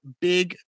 big